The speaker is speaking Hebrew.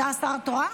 אתה השר התורן?